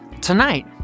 Tonight